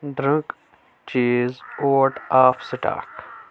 drink چیٖز out of stock